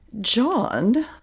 John